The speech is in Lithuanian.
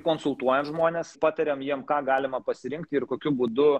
konsultuojam žmones patariam jiem ką galima pasirinkti ir kokiu būdu